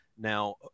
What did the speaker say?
now